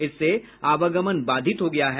इससे आवागमन बाधित हो गया है